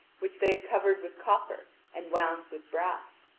which they had covered with copper and wound with brass.